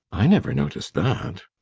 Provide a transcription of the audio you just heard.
i never noticed that.